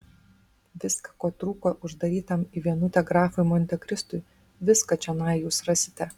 viską ko trūko uždarytam į vienutę grafui montekristui viską čionai jūs rasite